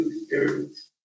experience